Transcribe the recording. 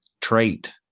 trait